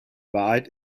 wahrheit